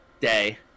day